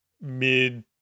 mid